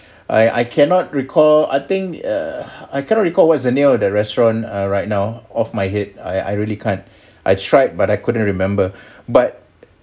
I I cannot recall I think err I cannot recall what is the name of the restaurant ah right now off my head I I really can't I tried but I couldn't remember but